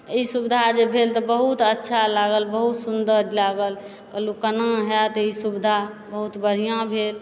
ई सुविधा जे भेल तऽ बहुत अच्छा लागल बहुत सुन्दर लागल कहलहुँ केना हाएत ई सुविधा बहुत बढ़िआँ भेल